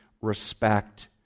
respect